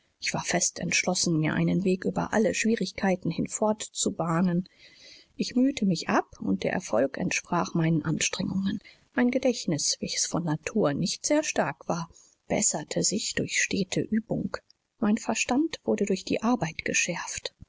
ich war fest entschlossen mir einen weg über alle schwierigkeiten hinfort zu bahnen ich mühte mich ab und der erfolg entsprach meinen anstrengungen mein gedächtnis welches von natur nicht sehr stark war besserte sich durch stete übung mein verstand wurde durch die arbeit geschärft